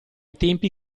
tempi